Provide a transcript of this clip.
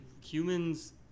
humans